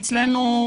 גם.